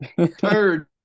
third